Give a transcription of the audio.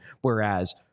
Whereas